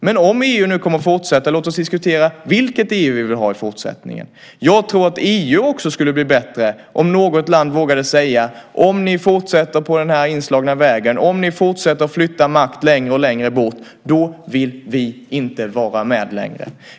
Men om EU nu kommer att fortsätta, låt oss diskutera vilket EU vi vill ha i fortsättningen. Jag tror att EU också skulle bli bättre om något land vågade säga: Om ni fortsätter på den inslagna vägen, om ni fortsätter flytta makt längre och längre bort, vill vi inte vara med längre.